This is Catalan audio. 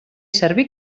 servir